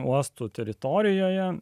uosto teritorijoje